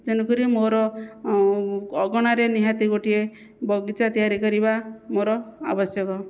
ତେଣୁକରି ମୋ'ର ଅଗଣାରେ ନିହାତି ଗୋଟିଏ ବଗିଚା ତିଆରି କରିବା ମୋ'ର ଆବଶ୍ୟକ